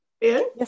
Yes